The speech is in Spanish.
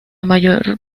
mayor